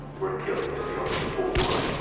were killed in the yom kippur war